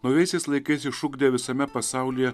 naujaisiais laikais išugdė visame pasaulyje